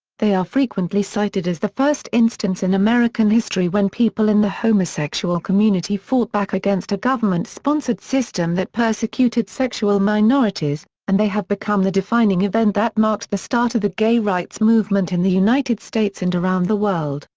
they are frequently cited as the first instance in american history when people in the homosexual community fought back against a government-sponsored system that persecuted sexual minorities, and they have become the defining event that marked the start of the gay rights movement in the united states and around the world.